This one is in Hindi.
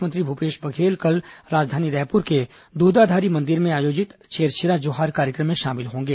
मुख्यमंत्री भूपेश बधेल कल राजधानी रायपुर के दूधाधारी मंदिर में आयोजित छेरछेरा जोहार कार्यक्रम में शामिल होंगे